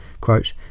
quote